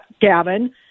Gavin